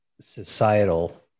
Societal